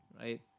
right